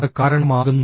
അത് കാരണമാകുന്നു